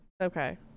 Okay